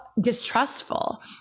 distrustful